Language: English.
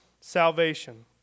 salvation